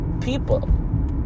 people